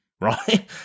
Right